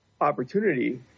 opportunity